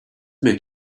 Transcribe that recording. make